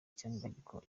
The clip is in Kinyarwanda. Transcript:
cyangwa